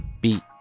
beat